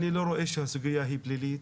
אני לא רואה שהסוגיה היא פלילית.